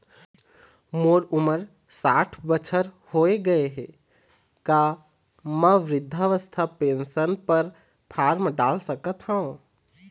मोर उमर साठ बछर होथे गए हे का म वृद्धावस्था पेंशन पर फार्म डाल सकत हंव?